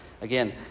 Again